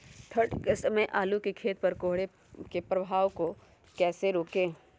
ठंढ के समय आलू के खेत पर कोहरे के प्रभाव को कैसे रोके?